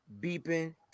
beeping